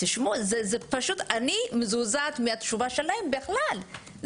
אני מזועזעת מהתשובה שלהם בכלל.